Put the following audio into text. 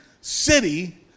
city